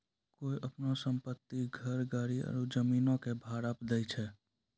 कोय अपनो सम्पति, घर, गाड़ी आरु जमीनो के भाड़ा पे दै छै?